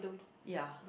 ya